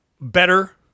better